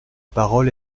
parole